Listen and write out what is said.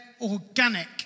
organic